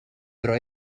però